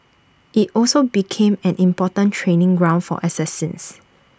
IT also became an important training ground for assassins